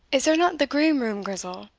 is there not the green room, grizel?